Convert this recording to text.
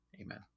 Amen